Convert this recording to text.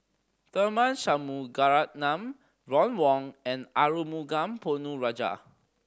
Tharman Shanmugaratnam Ron Wong and Arumugam Ponnu Rajah